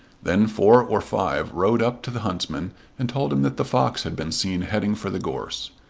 then four or five rode up to the huntsman and told him that the fox had been seen heading for the gorse.